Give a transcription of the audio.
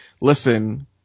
Listen